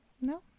No